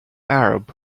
arab